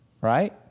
right